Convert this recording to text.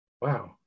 wow